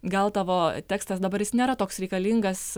gal tavo tekstas dabar jis nėra toks reikalingas